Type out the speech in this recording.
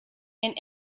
and